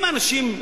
אם האנשים,